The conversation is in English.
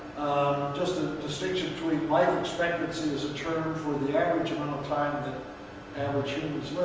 just the distinction between life expectancy as a term for um the average amount of time that average humans